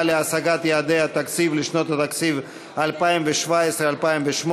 להשגת יעדי התקציב לשנות התקציב 2017 ו-2018),